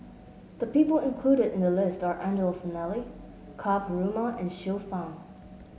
the people included in the list are Angelo Sanelli Ka Perumal and Xiu Fang